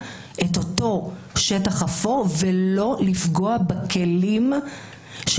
שאנחנו חייבים לתקן את אותו שטח אפור ולא לפגוע בכלים שיש